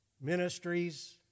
ministries